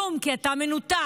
כלום, כי אתה מנותק.